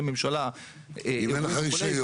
ממשלה ---- אם אין לך רישיון.